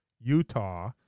Utah